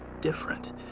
different